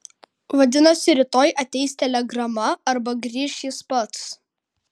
vadinasi rytoj ateis telegrama arba grįš jis pats